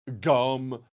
Gum